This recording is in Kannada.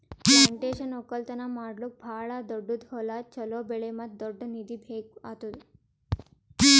ಪ್ಲಾಂಟೇಶನ್ ಒಕ್ಕಲ್ತನ ಮಾಡ್ಲುಕ್ ಭಾಳ ದೊಡ್ಡುದ್ ಹೊಲ, ಚೋಲೋ ಬೆಳೆ ಮತ್ತ ದೊಡ್ಡ ನಿಧಿ ಬೇಕ್ ಆತ್ತುದ್